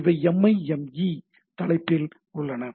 இவை எம்ஐஎம்ஈ தலைப்பில் உள்ளன